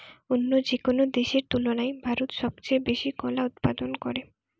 অন্য যেকোনো দেশের তুলনায় ভারত সবচেয়ে বেশি কলা উৎপাদন করে